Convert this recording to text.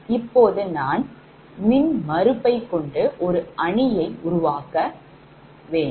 இப்போது நாம் மின்மறுப்பைப்கொண்டு ஒரு அணியை உருவாக்க வேண்டும்